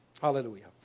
Hallelujah